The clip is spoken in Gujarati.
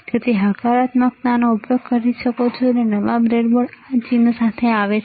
તેથી તમે હકારાત્મકનો ઉપયોગ કરી શકો છો નવા બોર્ડ બ્રેડબોર્ડ આ ચિહ્ન સાથે આવે છે